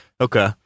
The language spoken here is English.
Okay